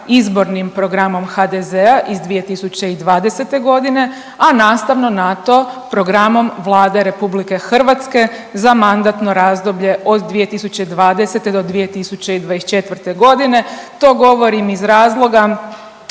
izbornim programom HDZ-a iz 2020. g., a nastavno na to, programom Vlade RH za mandatno razdoblje od 2020. do 2024. g. To govorim iz razloga